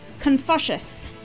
Confucius